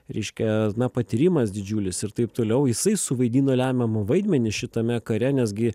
reiškia na patyrimas didžiulis ir taip toliau jisai suvaidino lemiamą vaidmenį šitame kare nes gi